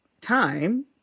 time